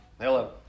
Hello